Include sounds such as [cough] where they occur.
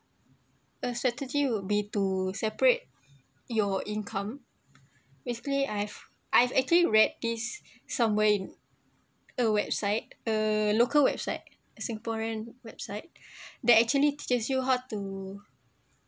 a strategy would be to separate your income basically I've I've actually read this somewhere in a website uh local website singaporean website [breath] that actually teaches you how to